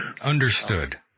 Understood